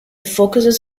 focuses